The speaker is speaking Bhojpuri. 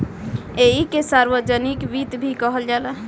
ऐइके सार्वजनिक वित्त भी कहल जाला